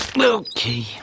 Okay